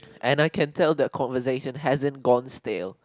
and I can tell the conversation hasn't gone still